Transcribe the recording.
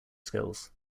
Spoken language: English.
skills